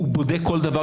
הוא בודק כל דבר.